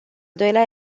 doilea